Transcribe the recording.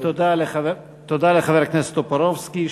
תודה לחבר הכנסת טופורובסקי,